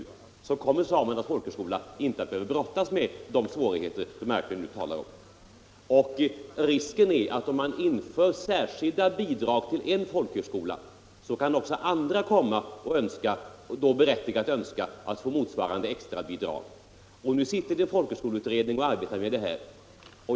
Om elevantalet ökar, kommer Samernas folkhögskola inte att behöva brottas med de svårigheter som fru Marklund nu talar om. Risken är att om man inför särskilda bidrag till en folkhögskola, så kan också andra komma och berättigat önska att få motsvarande extra bidrag. Nu sitter en folkhögskoleutredning och arbetar med detta.